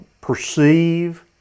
perceive